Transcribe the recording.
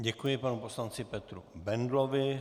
Děkuji panu poslanci Petru Bendlovi.